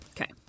Okay